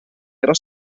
era